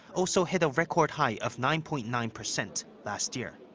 also hit a record-high of nine-point-nine percent last year.